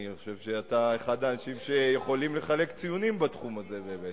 יפה שאדוני מחלק ציונים בתחום הזה.